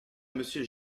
monsieur